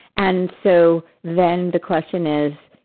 and so then, the question is,